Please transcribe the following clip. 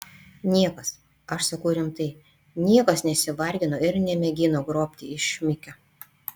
niekas aš sakau rimtai niekas nesivargino ir nemėgino grobti iš šmikio